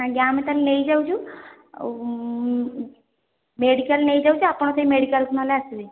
ଆଜ୍ଞା ଆମେ ତାହେଲେ ନେଇ ଯାଉଛୁ ମେଡ଼ିକାଲ୍ ନେଇଯାଉଛୁ ଆପଣ ସେଇ ମେଡ଼ିକାଲକୁ ଆସିବେ